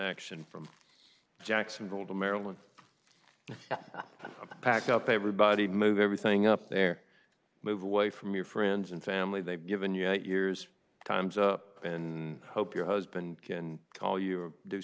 action from jacksonville to maryland and packed up everybody move everything up there move away from your friends and family they've given yet yours time's up in hope your husband can call you